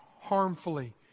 harmfully